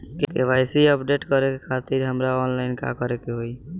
KYC update करे खातिर हमरा ऑनलाइन का करे के होई?